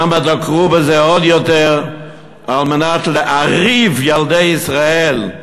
שם דקרו עוד יותר כדי להרעיב את ילדי ישראל,